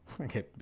Okay